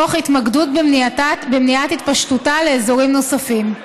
תוך התמקדות במניעת התפשטותה לאזורים נוספים.